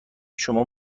شما